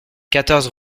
quatorze